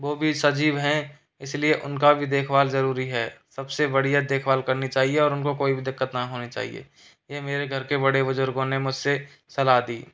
वो भी सजीव हैं इसलिए उनका भी देखभाल जरूरी है सबसे बढ़िया देखभाल करनी चाहिए और उनको कोई भी दिक्कत ना होनी चाहिए ये मेरे घर के बड़े बुजुर्गो ने मुझसे सलाह दी